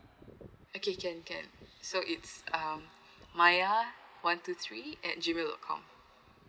okay can can so it's um maya one two three at G mail dot com